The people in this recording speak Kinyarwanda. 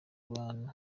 bantu